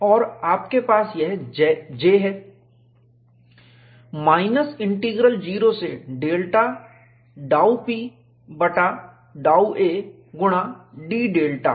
और आपके पास यह J है माइनस इंटीग्रल 0 से डेल्टा ∂P बटा ∂ a गुणा d डेल्टा